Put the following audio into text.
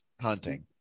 hunting